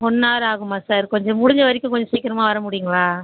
one hour ஆகுமா sir கொஞ்சம் முடிஞ்ச வரைக்கும் கொஞ்சம் சீக்கிரமா வர முடியும்ங்களா